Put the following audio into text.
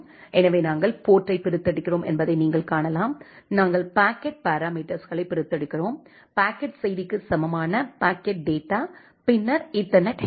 எனவே நாங்கள் போர்ட்டை பிரித்தெடுக்கிறோம் என்பதை நீங்கள் காணலாம் நாங்கள் பாக்கெட் பாராமீட்டர்ஸ்களை பிரித்தெடுக்கிறோம் பாக்கெட் செய்திக்கு சமமான பாக்கெட் டேட்டா பின்னர் ஈத்தர்நெட் ஹெட்டர்